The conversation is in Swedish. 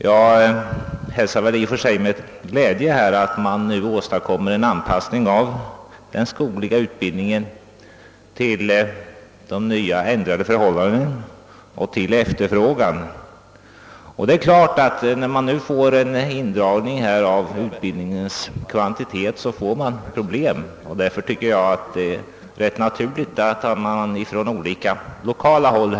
Jag hälsar i och för sig med glädje att man nu åstadkommer en anpassning av den skogliga utbildningen till de ändrade förhållandena och till efterfrågan. När man drar ned utbildningskvantiteten uppstår naturligtvis problem, och därför är det ganska naturligt att aktioner gjorts från olika 1lokala håll.